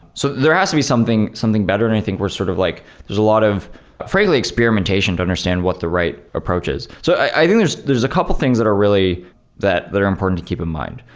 so there has to be something something better and i think we're sort of like there's a lot of frankly experimentation to understand what the right approach is so i think there's there's a couple things that are really that that are important to keep in mind.